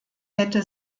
hätte